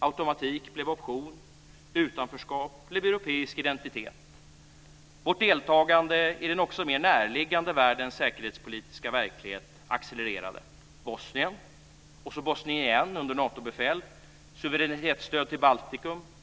Automatik blev option. Utanförskap blev europeisk identitet. Vårt deltagande i den också mer närliggande världens säkerhetspolitiska verklighet accelererade. Bosnien och sedan Bosnien igen under Natobefäl. Suveränitetsstöd till Baltikum.